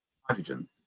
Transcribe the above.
hydrogen